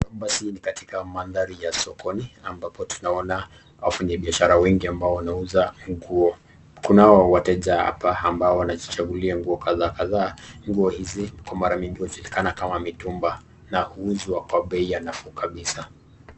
Basi hii ni katika mandhari ya sokoni, ambapo tunaona wafanyi biashara wengi ambao wanauza nguo. Kunao wateja hapa ambao wanajichagua nguo kadhaa kadhaa. Nguo hizi kwa mara nyingi ujulikana kama mitumba, na uuzwa kwa bei ya nafuu kabisa.